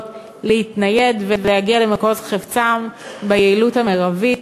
להתנייד ולהגיע למחוז חפצם ביעילות המרבית.